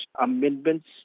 amendments